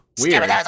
weird